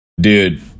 dude